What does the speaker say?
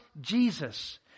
Jesus